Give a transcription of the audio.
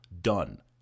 Done